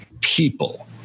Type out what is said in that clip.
people